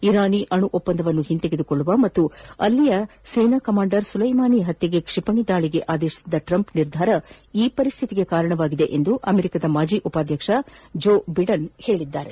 Iran ಅಣು ಒಪ್ಪಂದವನ್ನು ಹಿಂತೆಗೆದುಕೊಳ್ಳುವ ಮತ್ತು ಅಲ್ಲಿಯ ಸೇನಾ ಕಮಾಂಡರ್ ಸುಲೆಮಾನಿ ಹತ್ಯೆಗೆ ಕ್ಷಿಪಣಿ ದಾಳಿಗೆ ಆದೇಶಿಸಿದ ಟ್ರಂಪ್ ನಿರ್ಧಾರ ಈ ಪರಿಸ್ಥಿತಿಗೆ ಕಾರಣ ಎಂದು ಅಮೆರಿಕದ ಮಾಜಿ ಉಪಾಧ್ಯಕ್ಷ ಜೋ ಬಿಡನ್ ಹೇಳಿದ್ದಾರೆ